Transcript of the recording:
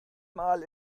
mal